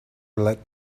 let